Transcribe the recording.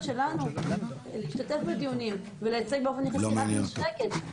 שלנו להשתתף בדיונים ולייצג באופן יחסי רק נשחקת.